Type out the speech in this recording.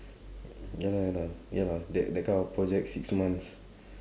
ya la ya la that that kind of project six months